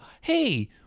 hey